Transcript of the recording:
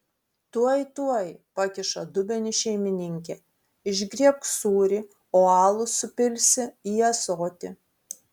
tuoj tuoj pakiša dubenį šeimininkė išgriebk sūrį o alų supilsi į ąsotį